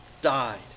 died